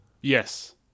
Yes